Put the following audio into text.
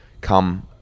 come